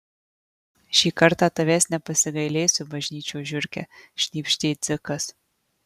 šį kartą tavęs nepasigailėsiu bažnyčios žiurke šnypštė dzikas